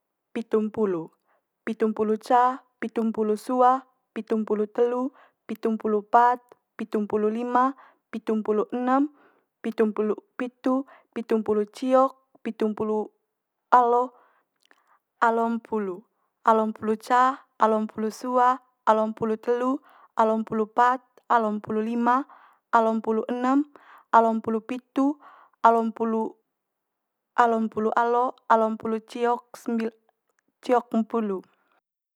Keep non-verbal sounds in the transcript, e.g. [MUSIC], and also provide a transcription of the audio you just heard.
Pitumpulu. Pitumpulu ca pitumpulu sua pitumpulu telu pitumpulu pat pitumpulu lima pitumpulu enem pitumpulu pitu pitumpulu ciok pitumpulu alo alompulu. Alompulu ca alompulu sua alompulu telu alompulu pat alompulu lima alompulu enem alompulu pitu alompulu alompulu alo alompulu ciok [UNINTELLIGIBLE] ciokmpulu.